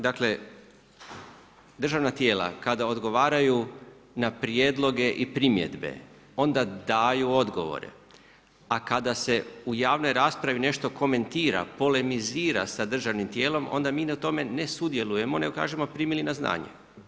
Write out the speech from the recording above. Državna tijela kada odgovaraju na prijedloge i primjedbe, onda daju odgovore, a kada se u javnoj raspravi nešto komentira, polemizira sa državnim tijelom, onda mi na tome ne sudjelujemo nego kažemo „primili na znanje“